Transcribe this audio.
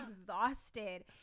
exhausted